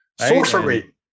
Sorcery